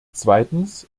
zweitens